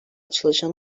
çalışanı